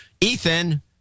Ethan